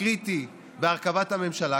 קריטי בהרכבת הממשלה,